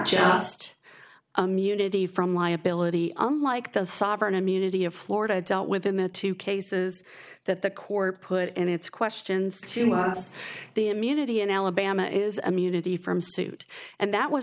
just munity from liability unlike the sovereign immunity of florida dealt with in the two cases that the court put in its questions the immunity in alabama is immunity from suit and that was